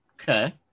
Okay